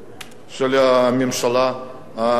של הממשלה הנוכחית.